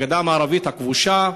בגדה המערבית הכבושה.